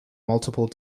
multiple